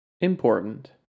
Important